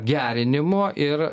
gerinimo ir